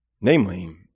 Namely